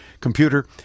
computer